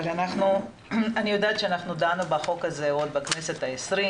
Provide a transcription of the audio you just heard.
אנחנו דנו בחוק הזה עוד בכנסת ה-20,